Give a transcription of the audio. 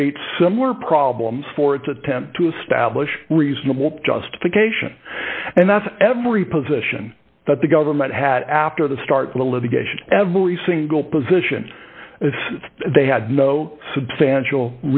creates similar problems for its attempt to establish reasonable justification and that's every position that the government had after the start of the litigation every single position as they had no substantial